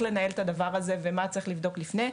לנהל את הדבר הזה ומה צריך לבדוק לפני.